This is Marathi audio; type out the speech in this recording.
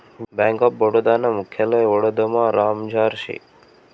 बैंक ऑफ बडोदा नं मुख्यालय वडोदरामझार शे